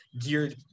geared